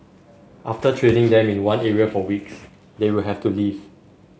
after training them in one area for weeks they will have to leave